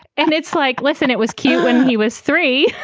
and it's like, listen, it was cute when he was three.